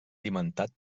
alimentat